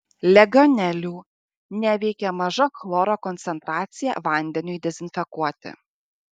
legionelių neveikia maža chloro koncentracija vandeniui dezinfekuoti